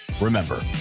Remember